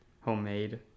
Homemade